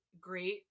great